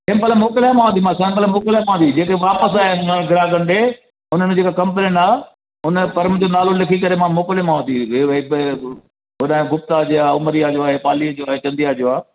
sample मोकिलियामांवती मां sample मोकिलियामांवती जेके वापसि आया आहिनि ग्राहक ॾे हुननि जेका कंपलेन आहे उन फर्म जो नालो लिखी करे मां मोकिलियामांवती जीअं भई होॾां गुप्ता जी आहे उमरिया जो आहे पाली जो आहे चंदिया जो आहे